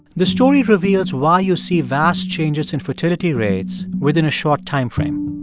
this story reveals why you see vast changes in fertility rates within a short timeframe.